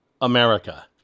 America